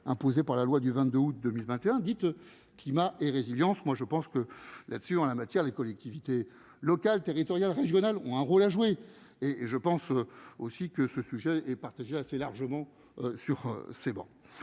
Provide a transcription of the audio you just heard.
imposées par la loi du 22 août 2021 dite qui m'a et résilience, moi je pense que là-dessus, en la matière, les collectivités locales territoriales régionales ont un rôle à jouer et je pense aussi que ce sujet est partagé assez largement sur ces bancs,